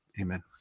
Amen